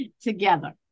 together